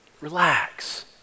relax